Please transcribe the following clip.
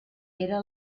era